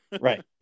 Right